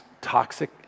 toxic